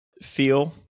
feel